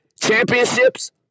championships